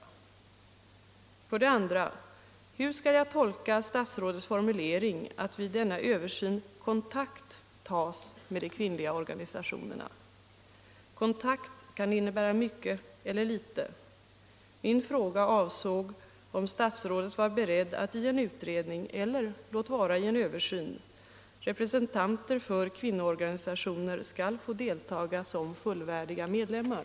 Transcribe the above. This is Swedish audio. Hur skall jag vidare tolka statsrådets formulering att vid denna översyn ”kontakt tas” med de kvinnliga organisationerna. Kontakt kan innebära mycket eller litet. Min fråga avsåg om statsrådet var beredd att i en utredning, eller låt vara i en översyn, representanter för kvinnoorganisationer skall få deltaga som fullvärdiga medlemmar.